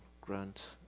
grant